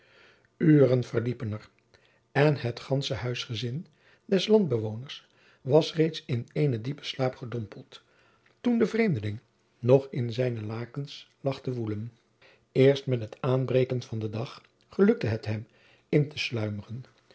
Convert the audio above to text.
verliepen er en het gandsche huisgezin des landbewoners was reeds in eenen diepen slaap gedompeld toen de vreemdeling nog in zijne lakens lag te woelen eerst met het aanbreken van den dag gelukte het hem in te sluimeren